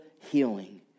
healing